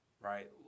right